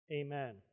Amen